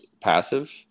passive